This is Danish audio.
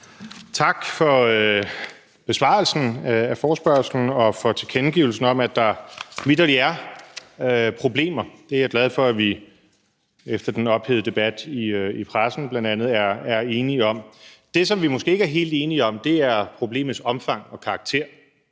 Tak for besvarelsen af forespørgslen og for tilkendegivelsen af, at der vitterlig er problemer. Det er jeg glad for at vi efter den ophedede debat, bl.a. i pressen, er enige om. Det, som vi måske ikke er helt enige om, er problemets omfang og karakter.